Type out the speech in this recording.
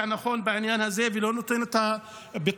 נכון בעניין הזה ולא נותן את הפתרונות.